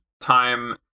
time